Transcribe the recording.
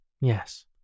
Yes